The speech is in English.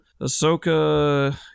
Ahsoka